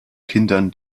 kindern